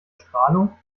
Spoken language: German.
strahlung